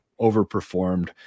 overperformed